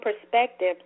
perspective